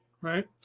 Right